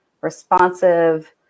responsive